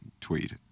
tweet